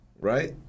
right